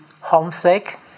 homesick